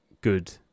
good